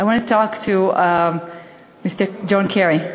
I want to talk to Mr. John Kerry,